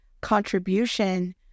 contribution